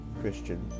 Christian